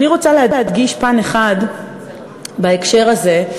אני רוצה להדגיש פן אחד בהקשר הזה,